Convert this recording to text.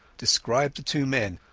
describe the two men,